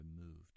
removed